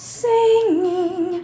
singing